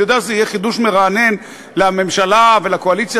אני יודע שזה יהיה חידוש מרענן לממשלה ולקואליציה